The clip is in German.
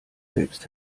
selbst